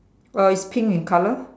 well it's pink in colour